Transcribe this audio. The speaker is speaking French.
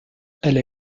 elle